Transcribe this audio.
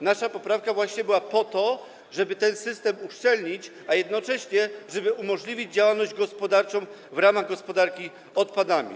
Nasza poprawka była właśnie po to, żeby ten system uszczelnić, a jednocześnie umożliwić działalność gospodarczą w ramach gospodarki odpadami.